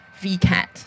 VCAT